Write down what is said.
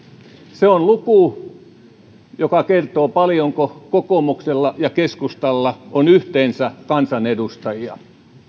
se on luku joka kertoo paljonko kokoomuksella ja keskustalla on yhteensä kansanedustajia